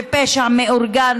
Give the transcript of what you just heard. ופשע מאורגן,